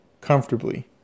comfortably